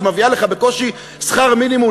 שמביאה לך בקושי שכר מינימום,